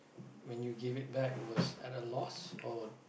when you gave it back it was at a loss or